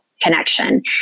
connection